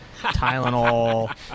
Tylenol